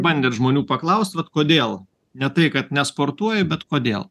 bandėt žmonių paklaust vat kodėl ne tai kad nesportuoja bet kodėl